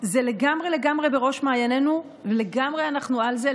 זה לגמרי לגמרי בראש מעיינינו, אנחנו לגמרי על זה.